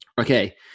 Okay